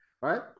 right